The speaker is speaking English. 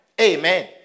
Amen